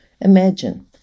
Imagine